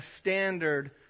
standard